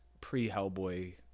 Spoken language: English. pre-Hellboy